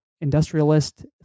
industrialist